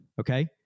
okay